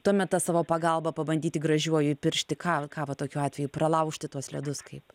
tuomet tą savo pagalbą pabandyti gražiuoju įpiršti ką ką va tokiu atveju pralaužti tuos ledus kaip